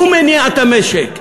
הוא מניע את המשק,